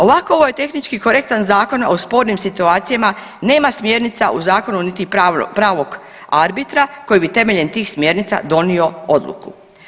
Ovako ovaj tehnički korektan zakon o spornim situacijama nema smjernica u zakonu niti pravog arbitra koji bi temeljem tih smjernica donio odluku.